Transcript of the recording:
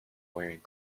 wearing